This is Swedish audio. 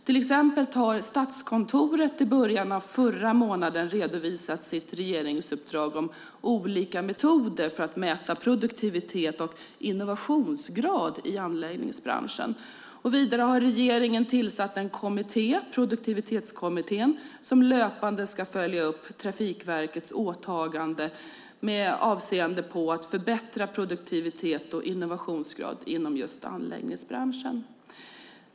Till exempel har Statskontoret i början av förra månaden redovisat sitt regeringsuppdrag om olika metoder för att mäta produktivitet och innovationsgrad i anläggningsbranschen. Vidare har regeringen tillsatt en kommitté, Produktivitetskommittén, som löpande ska följa upp Trafikverkets åtgärder med avseende på att förbättra produktivitet och innovationsgrad inom anläggningsbranschen.